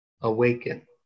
awaken